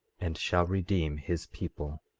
and shall redeem his people.